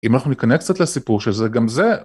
אם אנחנו נכנס קצת לסיפור של זה, גם זה...